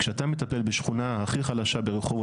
כשאתה מטפל בשכונה הכי חלשה ברחובות,